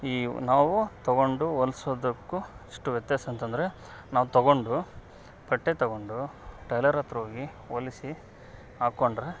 ಈ ನಾವು ತೊಗೊಂಡು ಹೊಲ್ಸೋದಕ್ಕು ಎಷ್ಟು ವ್ಯತ್ಯಾಸ ಅಂತಂದರೆ ನಾವು ತಗೊಂಡು ಬಟ್ಟೆ ತಗೊಂಡು ಟೈಲರ್ ಹತ್ರ ಹೋಗಿ ಹೊಲ್ಸಿ ಹಾಕೊಂಡ್ರೆ